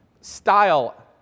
style